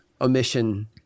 Omission